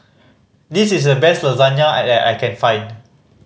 this is the best Lasagne that I can find